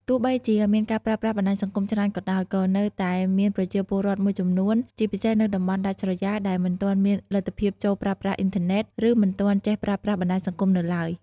ទោះបីជាមានការប្រើប្រាស់បណ្ដាញសង្គមច្រើនក៏ដោយ ក៏នៅតែមានប្រជាពលរដ្ឋមួយចំនួន ជាពិសេសនៅតំបន់ដាច់ស្រយាលដែលមិនទាន់មានលទ្ធភាពចូលប្រើប្រាស់អ៊ីនធឺណិត ឬមិនទាន់ចេះប្រើប្រាស់បណ្ដាញសង្គមនៅឡើយ។